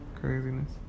craziness